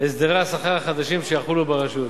הסדרי השכר החדשים שיחולו ברשות.